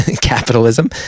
capitalism